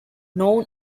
known